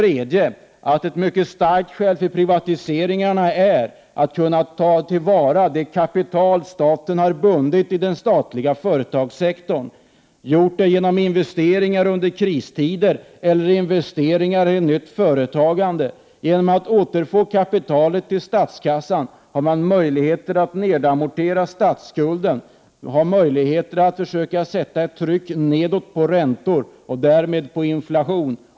Ett mycket starkt skäl till privatisering tror vi vidare är att man skall kunna ta till vara det kapital som staten har bundit i den statliga företagssektorn genom investeringar under kristider eller i nytt företagande. Om man återfår kapitalet till statskassan har man möjlighet att amortera statsskulden och att försöka sätta ett tryck nedåt på räntor och därmed på inflationen.